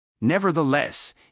Nevertheless